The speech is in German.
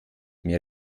mehr